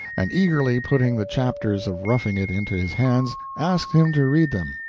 and, eagerly putting the chapters of roughing it into his hands, asked him to read them.